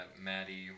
maddie